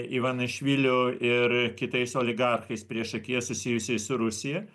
ivanašviliu ir kitais oligarchais priešakyje susijusiais su rusija